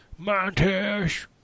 montage